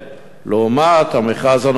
לעומת המכרז הנוכחי,